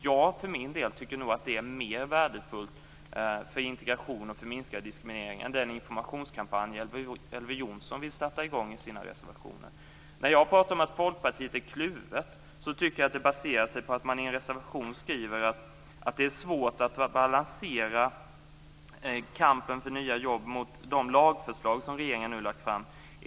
Jag för min del tycker nog att det är mer värdefullt för integration och minskad diskriminering än den informationskampanj Elver Jonsson i sina reservationer vill sätta i gång. När jag pratar om att Folkpartiet är kluvet tycker jag att det baserar sig på att man i en reservation skriver att det är svårt att balansera kampen för nya jobb mot de lagförslag som regeringen nu har lagt fram.